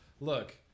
look